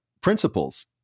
principles